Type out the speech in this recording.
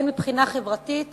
הן מבחינה חברתית